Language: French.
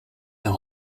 d’un